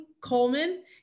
Coleman